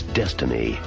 destiny